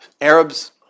Arabs